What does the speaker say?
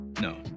No